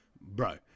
Bro